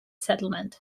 settlement